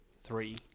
three